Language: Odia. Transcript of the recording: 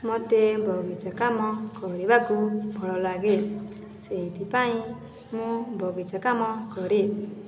ମୋତେ ବଗିଚା କାମ କରିବାକୁ ଭଳ ଲାଗେ ସେଇଥିପାଇଁ ମୁଁ ବଗିଚା କାମ କରେ